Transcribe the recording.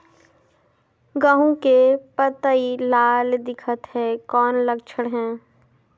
गहूं के पतई लाल दिखत हे कौन लक्षण हे?